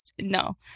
no